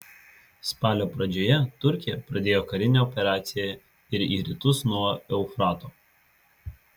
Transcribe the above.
spalio pradžioje turkija pradėjo karinę operaciją ir į rytus nuo eufrato